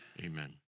amen